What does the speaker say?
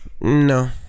No